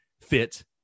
fit